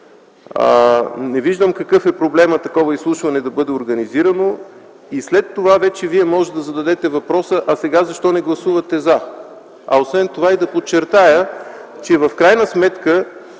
Не виждам какъв е проблемът такова изслушване да бъде организирано и след това вече вие може да зададете въпроса: а сега защо не гласувате „за”? Освен това да подчертая, че в крайна сметка